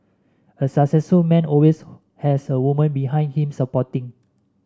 a successful man always has a woman behind him supporting